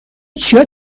چیا